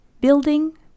Building